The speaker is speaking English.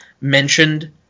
mentioned